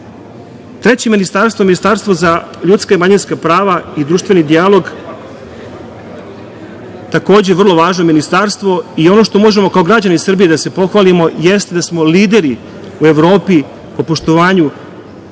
ministarstvo, Ministarstvo za ljudska i manjinska prava i društveni dijalog je takođe vrlo važno ministarstvo i ono što možemo kao građani Srbije da se pohvalimo jeste da smo lideri u Evropi u poštovanju